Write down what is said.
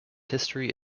history